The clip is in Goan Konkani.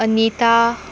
अनीता